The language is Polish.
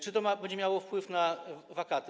Czy to będzie miało wpływ na wakaty?